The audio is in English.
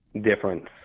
difference